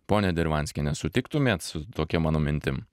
ponia dirvanskiene sutiktumėt su tokia mano mintim